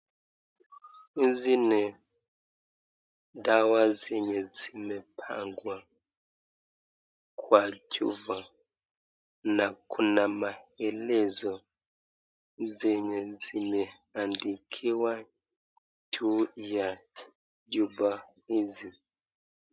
Hizi ni dawa zenye zimepangwa kwa chupa na kuna maelezo zenye zimeandikiwa juu ya chupa hizi .